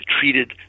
treated